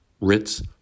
Ritz